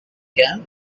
camp